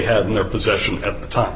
had in their possession at the time